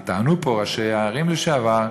כי טענו פה ראשי הערים לשעבר: